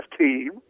team